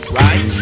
right